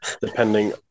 depending